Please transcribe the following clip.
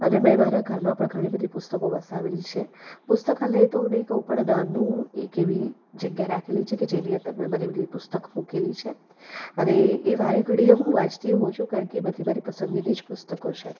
અને મેં મારા ઘરમાં પણ ઘણી બધી પુસ્તકો વસાવેલી છે પુસ્તકાલય તો નહીં કહું પણ નાનું એક એવી જગ્યા રાખેલી છે કે જેની અંદર મેં મારી બધી પુસ્તક મૂકેલી છે અને એ એ વારે ઘડીએ હું વાંચતી હોવ છું કારણકે એ બધી મારી પસંદગીની જ પુસ્તકો છે